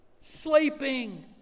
Sleeping